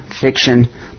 fiction